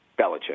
Belichick